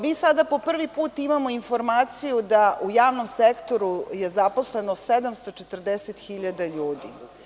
Mi sada po prvi put imamo informaciju da u javnom sektoru je zaposleno 740.000 ljudi.